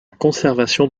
conservation